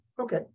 Okay